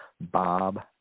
Bob